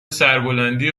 سربلندی